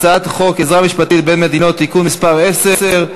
הצעת חוק עזרה משפטית בין מדינות (תיקון מס' 10),